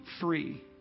free